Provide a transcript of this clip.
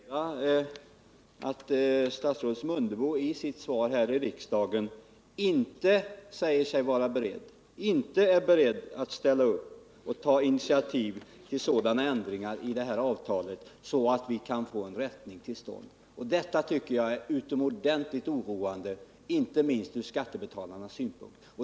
Herr talman! Jag konstaterar att statsrådet Mundebo i sitt svar här i riksdagen säger sig inte vara beredd att ställa upp och ta initiativ till sådana ändringar i detta avtal att vi kan få en rättelse till stånd. Detta tycker jag är utomordentligt oroande, inte minst från skattebetalarnas synpunkt.